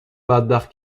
بدبخت